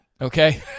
okay